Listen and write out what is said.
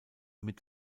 mit